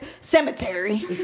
Cemetery